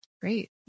Great